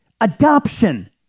adoption